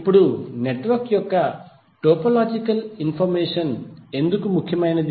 ఇప్పుడు నెట్వర్క్ యొక్క topological information ఎందుకు ముఖ్యమైనది